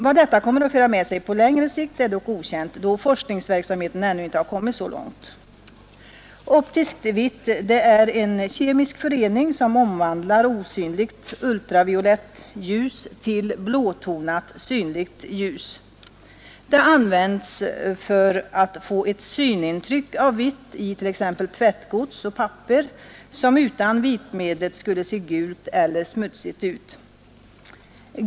Vad detta kan föra med sig på längre sikt är dock okänt, då forskningsverksamheten ännu inte hunnit så långt. Optiskt vitt är en kemisk förening, som omvandlar osynligt ultraviolett ljus till blåtonat synligt ljus. Det används för att få ett synintryck av vitt i t.ex. tvättgods och papper, som utan vitmedlet skulle se gult eller smutsigt ut.